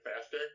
faster